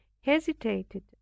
hesitated